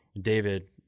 David